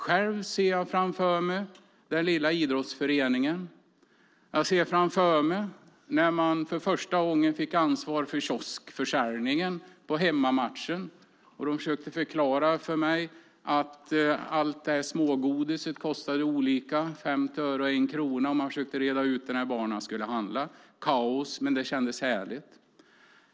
Själv ser jag framför mig den lilla idrottsföreningen. Jag ser framför mig hur jag för första gången fick ansvar för kioskförsäljningen på hemmamatchen. Jag minns hur de förklarade för mig att smågodiset kostade olika, 50 öre och 1 krona, och hur jag försökte reda ut det när barnen skulle handla. Det var kaos men kändes ändå härligt.